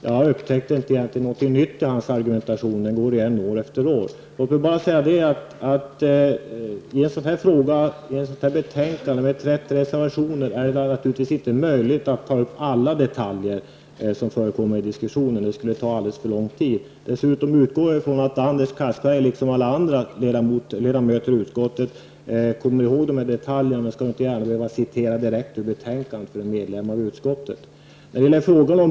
Jag upptäckte egentligen inte något nytt i hans argumentation. Den går igen år efter år. Låt mig nu bara säga att när vi debatterar ett sådant här betänkande med 30 reservationer är det naturligtvis inte möjligt för mig att ta upp alla detaljer som förekommer i diskussionen. Det skulle ta alldeles för lång tid. Dessutom utgår jag ifrån att Anders Castberger liksom alla andra ledamöter i utskottet kommer ihåg de här detaljerna. Och jag skall väl inte behöva citera direkt ur betänkandet för en ledamot av utskottet.